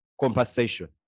compensation